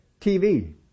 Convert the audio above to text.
TV